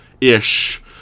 ish